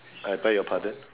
I beg your pardon